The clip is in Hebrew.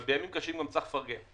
אבל בימים קשים גם צריך לפרגן.